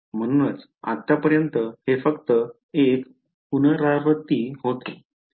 म्हणूनच आतापर्यंत हे फक्त एक पुनरावृत्ती होते